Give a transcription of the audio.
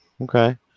okay